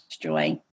joy